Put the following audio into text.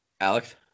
Alex